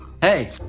Hey